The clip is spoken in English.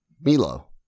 Milo